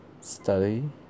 study